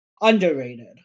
Underrated